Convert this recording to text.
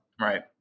Right